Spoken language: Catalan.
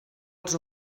els